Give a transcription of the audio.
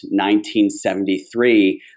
1973